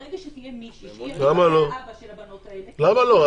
ברגע שתהיה מישהי שהיא עכשיו האבא של הבנות האלה --- למה לא?